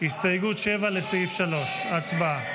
הסתייגות 7, לסעיף 3, הצבעה.